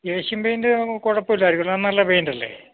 Asian paint നമുക്ക് കുഴപ്പമില്ലായിരിക്കും അത് നല്ല പെയിൻറ്റല്ലേ